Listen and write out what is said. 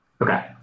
Okay